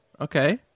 Okay